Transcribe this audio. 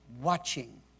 Watching